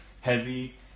heavy